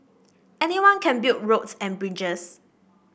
anyone can build roads and bridges